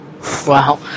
Wow